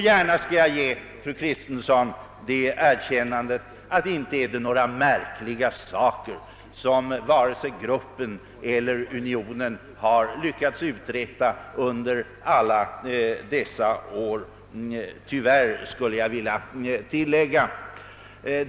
Gärna skall jag ge fru Kristensson det erkännandet att det inte är några märkliga saker som vare sig gruppen eller unionen har lyckats uträtta under alla dessa år — tyvärr, skulle jag vilja tillägga.